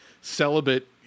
celibate